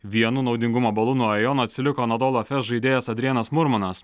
vienu naudingumo balu nuo ajono atsiliko anodolafes žaidėjas adrianos murmanas